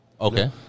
Okay